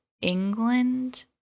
England